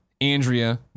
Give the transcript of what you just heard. Andrea